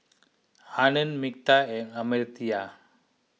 Anand Medha and Amartya